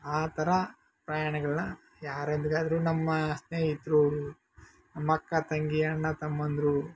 ಆ ಥರ ಪ್ರಯಾಣಗಳನ್ನ ಯಾರೊಂದಿಗಾದರೂ ನಮ್ಮ ಸ್ನೇಹಿತರು ನಮ್ಮ ಅಕ್ಕ ತಂಗಿ ಅಣ್ಣ ತಮ್ಮಂದಿರು